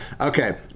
okay